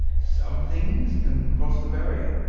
some things can cross the barrier,